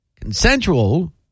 consensual